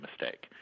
mistake